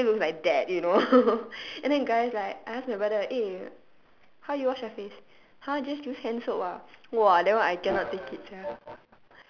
but it still looks like that you know and then guys like I ask my brother eh how you wash your face !huh! just use hand soap ah !wah! that one I cannot take it sia